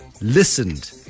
listened